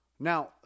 Now